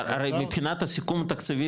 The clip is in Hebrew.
הרי מבחינת הסיכום התקצבי,